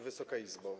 Wysoka Izbo!